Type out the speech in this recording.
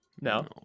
no